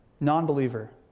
Non-believer